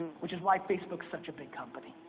which is why facebook's such a big company,